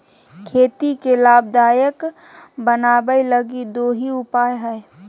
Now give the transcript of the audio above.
खेती के लाभदायक बनाबैय लगी दो ही उपाय हइ